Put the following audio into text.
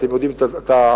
אתם יודעים את הציפיות,